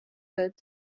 wurdt